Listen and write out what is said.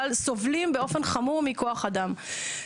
אבל סובלים באופן חמור מכוח אדם.